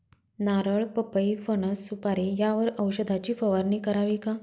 नारळ, पपई, फणस, सुपारी यावर औषधाची फवारणी करावी का?